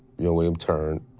yeah william turned.